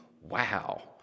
wow